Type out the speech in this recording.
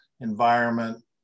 environment